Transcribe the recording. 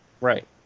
Right